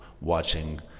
watching